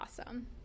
awesome